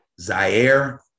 Zaire